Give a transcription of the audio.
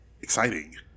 exciting